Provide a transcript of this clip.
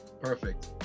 Perfect